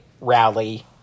rally